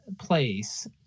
place